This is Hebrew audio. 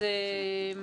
אני